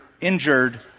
injured